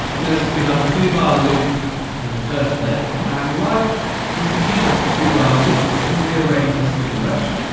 and notice we have a two bar loop in the first clip, and live wants to keep it as a two bar loop but we can rearrange this if we wish,